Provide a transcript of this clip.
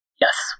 Yes